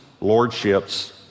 lordships